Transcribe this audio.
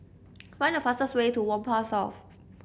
find the fastest way to Whampoa South